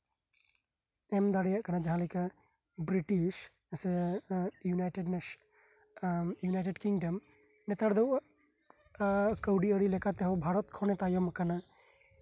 ᱮᱢ ᱫᱟᱲᱮᱭᱟᱜ ᱠᱟᱱᱟ ᱡᱟᱦᱟᱸ ᱞᱮᱠᱟ ᱵᱨᱤᱴᱤᱥ ᱱᱟᱥᱮ ᱤᱭᱩᱱᱟᱭᱴᱮᱰ ᱱᱮᱥᱮᱱᱥ ᱟᱸᱜ ᱤᱩᱱᱟᱭᱴᱮᱰ ᱠᱤᱝᱰᱚᱢ ᱱᱮᱛᱟᱨ ᱫᱚ ᱠᱟᱹᱣᱰᱤ ᱟᱹᱨᱤ ᱞᱮᱠᱟᱛᱮ ᱦᱚᱸ ᱵᱷᱟᱨᱚᱛ ᱠᱷᱚᱱᱮ ᱛᱟᱭᱚᱢ ᱟᱠᱟᱱᱟ